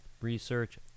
research